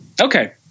Okay